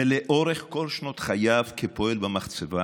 ולאורך כל שנות חייו כפועל במחצבה